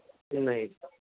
ਨਹੀਂ